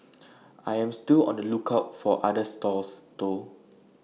I am still on the lookout for other stalls though